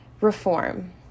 Reform